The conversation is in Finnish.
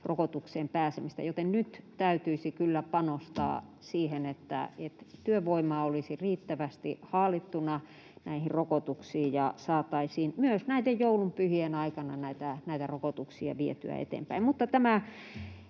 rokotukseen pääsemistä, joten nyt täytyisi kyllä panostaa siihen, että työvoimaa olisi riittävästi haalittuna näihin rokotuksiin ja saataisiin myös näiden joulunpyhien aikana näitä rokotuksia vietyä eteenpäin.